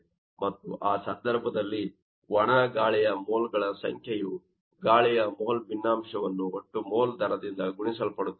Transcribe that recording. ಮತ್ತು ಆ ಸಂದರ್ಭದಲ್ಲಿ ಒಣ ಗಾಳಿಯ ಮೋಲ್ಗಳ ಸಂಖ್ಯೆಯು ಗಾಳಿಯ ಮೋಲ್ ಭಿನ್ನಾಂಶವನ್ನು ಒಟ್ಟು ಮೋಲ್ ದರದಿಂದ ಗುಣಿಸಲ್ಪಡುತ್ತದೆ